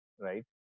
right